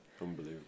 Unbelievable